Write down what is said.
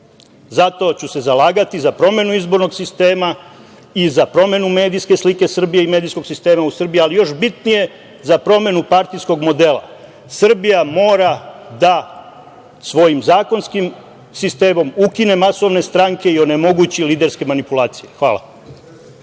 Zato ću se zalagati za promenu izbornog sistema, i za promenu medijske slike Srbije i medijskog sistema u Srbiji, ali još bitnije, za promenu partijskog modela. Srbija mora da svojim zakonskim sistemom ukine masovne stranke i onemogući liderske manipulacije. Hvala.